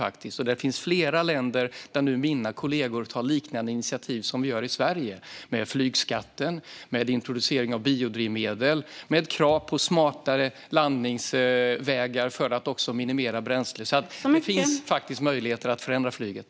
Det finns flera länder där mina kollegor nu tar liknande initiativ som vi tar i Sverige vad gäller flygskatt, introducering av biodrivmedel och krav på smartare landningsvägar för att minimera bränsleåtgången. Det finns faktiskt möjligheter att förändra flyget.